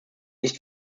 nicht